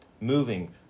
Moving